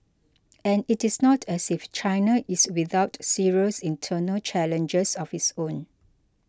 and it is not as if China is without serious internal challenges of its own